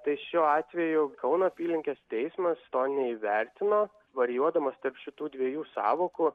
tai šiuo atveju kauno apylinkės teismas to neįvertino varijuodamas tarp šitų dviejų sąvokų